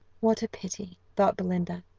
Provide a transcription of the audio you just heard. what a pity, thought belinda,